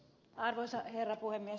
arvoisa herra puhemies